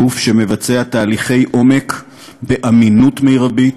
גוף שמבצע תהליכי עומק באמינות מרבית,